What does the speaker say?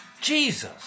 Jesus